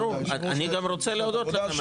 ברור, אני גם רוצה להודות לכם.